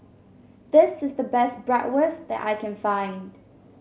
this is the best Bratwurst that I can find